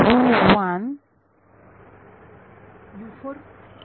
विद्यार्थी